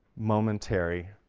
momentary,